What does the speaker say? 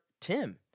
Tim